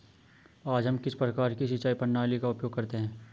आज हम किस प्रकार की सिंचाई प्रणाली का उपयोग करते हैं?